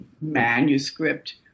manuscript